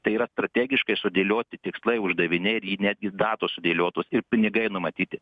tai yra strategiškai sudėlioti tikslai uždaviniai ir ji netgi datos sudėliotos ir pinigai numatyti